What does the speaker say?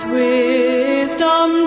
wisdom